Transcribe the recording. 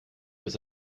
bis